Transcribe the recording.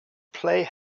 play